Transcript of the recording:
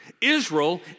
Israel